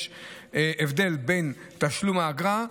יש הבדל בין תשלום האגרה,